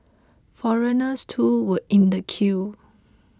foreigners too were in the queue